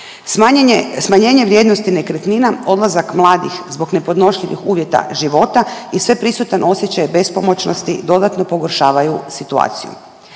smanjenje vrijednosti nekretnina, odlazak mladih zbog nepodnošljivih uvjeta života i sveprisutan osjećaj bespomoćnosti dodatno pogoršavaju situaciju.